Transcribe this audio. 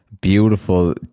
beautiful